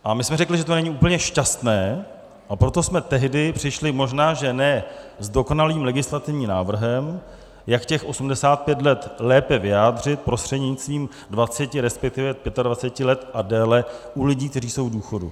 A my jsme řekli, že to není úplně šťastné, a proto jsme tehdy přišli možná že ne s dokonalým legislativním návrhem, jak těch 85 let lépe vyjádřit prostřednictvím 20, resp. 25 let a déle u lidí, kteří jsou v důchodu.